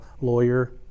lawyer